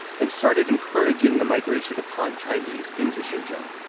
and started encouraging the migration of han chinese, into xinjiang.